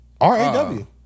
R-A-W